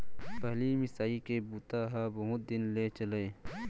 पहिली मिसाई के बूता ह बहुत दिन ले चलय